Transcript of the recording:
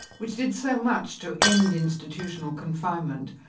which did so much to end institutional confinement,